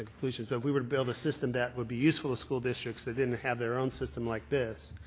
to conclusions. but we would bild a system that would be useful to school districts that didn't have their own system like this.